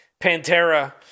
Pantera